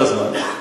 כל הזמן.